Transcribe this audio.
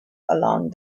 along